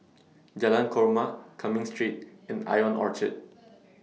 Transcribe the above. Jalan Korma Cumming Street and Ion Orchard